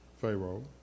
Pharaoh